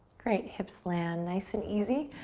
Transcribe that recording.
great, hips land nice and easy.